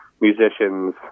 musicians